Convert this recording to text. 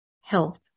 health